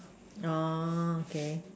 oh okay